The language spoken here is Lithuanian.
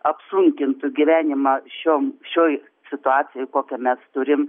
apsunkintų gyvenimą šiom šioj situacijoj koką mes turim